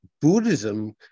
Buddhism